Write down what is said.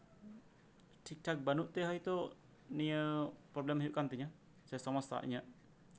ᱴᱷᱤᱠᱼᱴᱷᱟᱠ ᱵᱟᱹᱱᱩᱜ ᱛᱮ ᱦᱳᱭᱛᱚ ᱱᱤᱭᱟᱹ ᱯᱨᱳᱵᱞᱮᱢ ᱦᱩᱭᱩᱜ ᱠᱟᱱ ᱛᱤᱧᱟᱹ ᱥᱮ ᱮᱴᱠᱮᱴᱚᱲᱮ ᱤᱧᱟᱹᱜ